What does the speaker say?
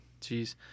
Jeez